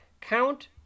count